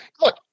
Look